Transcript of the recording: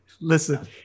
Listen